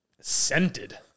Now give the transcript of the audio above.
scented